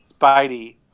Spidey